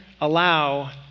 allow